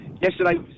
Yesterday